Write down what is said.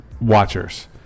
watchers